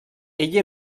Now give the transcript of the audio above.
ell